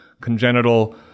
congenital